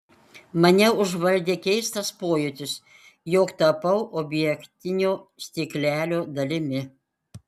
mane užvaldė keistas pojūtis jog tapau objektinio stiklelio dalimi